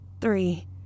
Three